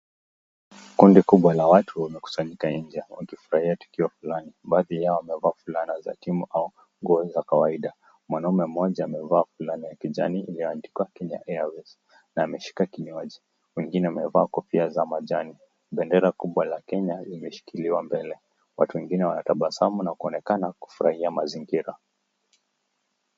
Kundi kubwa la watu wamekusanyika nje wakifurahia tukio fulani. Baadhi yao wamevaa fulana za timu au nguo za kawaida. Mwanaume mmoja amevaa fulana ya kijani iliyoandikwa Kenya Airways na ameshika kinywaji. Wengine wamevaa kofia za majani. Bendera kubwa la Kenya imeshikiliwa mbele. Watu wengine wanatabasamu na kuonekana kufurahia mazingira.